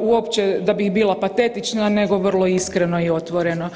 uopće da bih bila patetična nego vrlo iskreno i otvoreno.